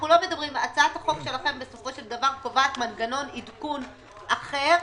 הצעת החוק שלכם בסופו של דבר קובעת מנגנון עדכון אחר,